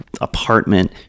apartment